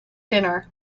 dinner